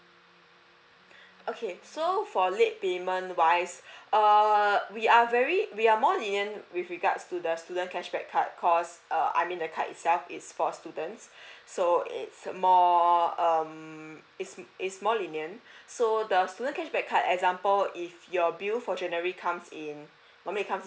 okay so for late payment wise err we are very we are more lenient with regards to the cashback card because uh I mean the card itself it's for students so it's a more um it's it's more lenient so the student cashback card example if your bill for january comes in only comes